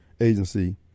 agency